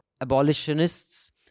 abolitionists